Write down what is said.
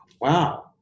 wow